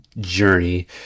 journey